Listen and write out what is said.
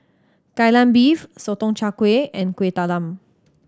Kai Lan Beef Sotong Char Kway and Kueh Talam